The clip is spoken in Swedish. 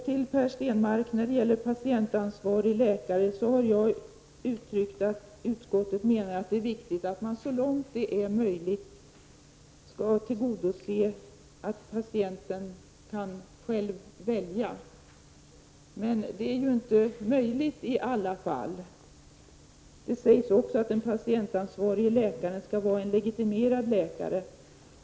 Till Per Stenmarck när det gäller patientansvarig läkare: Jag har uttryckt att utskottet menar att det är viktigt att man så långt det är möjligt skall se till att patienten kan själv välja. Men det är ju inte möjligt i alla sammanhang. Det sägs också att en patientansvarig läkare skall vara legitimerad.